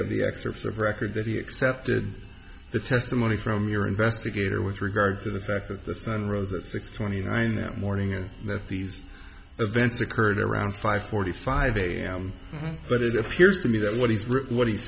of the excerpts of record that he accepted the testimony from your investigator with regard to the fact that the sun rose at six twenty nine that morning and that these events occurred at around five forty five am but it appears to me that what he's